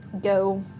go